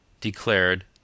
declared